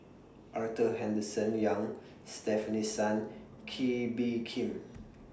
Arthur Henderson Young Stefanie Sun Kee Bee Khim